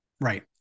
right